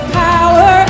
power